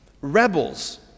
rebels